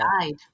died